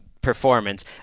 Performance